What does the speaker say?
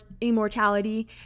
immortality